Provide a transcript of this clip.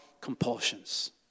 compulsions